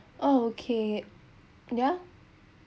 orh okay yeah